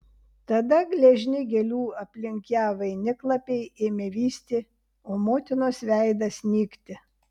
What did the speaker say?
tada gležni gėlių aplink ją vainiklapiai ėmė vysti o motinos veidas nykti